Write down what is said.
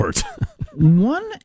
One